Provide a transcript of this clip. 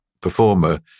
performer